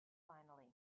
finally